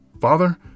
Father